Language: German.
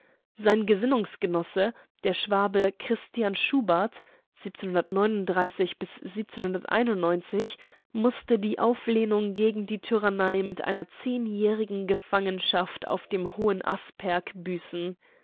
sein gesinnungsgenosse der schwabe christian schuhba mußte die auflehnung gegen die tyrannei mit einer zehnjährigen gefangenschaft auf dem hohenasperg büßen